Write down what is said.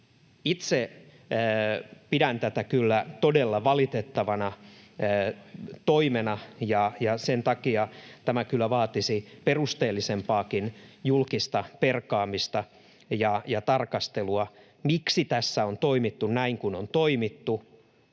Itse pidän tätä kyllä todella valitettavana toimena, ja sen takia tämä kyllä vaatisi perusteellisempaakin julkista perkaamista ja tarkastelua, miksi tässä on toimittu näin kuin on toimittu.